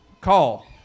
call